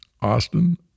Austin